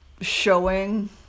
showing